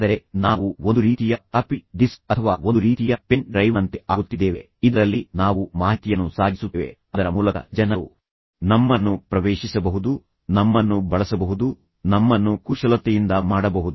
ಆದರೆ ನಾವು ಒಂದು ರೀತಿಯ ಫ್ಲಾಪಿ ಡಿಸ್ಕ್ ಅಥವಾ ಒಂದು ರೀತಿಯ ಪೆನ್ ಡ್ರೈವ್ನಂತೆ ಆಗುತ್ತಿದ್ದೇವೆ ಇದರಲ್ಲಿ ನಾವು ಮಾಹಿತಿಯನ್ನು ಸಾಗಿಸುತ್ತೇವೆ ಅದರ ಮೂಲಕ ಜನರು ನಮ್ಮನ್ನು ಪ್ರವೇಶಿಸಬಹುದು ನಮ್ಮನ್ನು ಬಳಸಬಹುದು ನಮ್ಮನ್ನು ಕುಶಲತೆಯಿಂದ ಮಾಡಬಹುದು